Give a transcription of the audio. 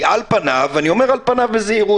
על פניו אני אומר "על פניו" בזהירות,